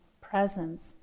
presence